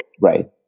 right